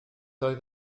oedd